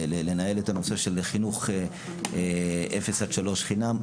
ולנהל את הנושא של חינוך אפס עד שלוש חינם.